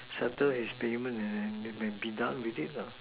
settle his payment and and be done with it lah